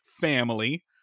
family